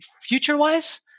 future-wise